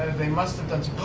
they must have done some